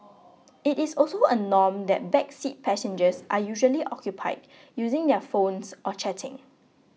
it is also a norm that back seat passengers are usually occupied using their phones or chatting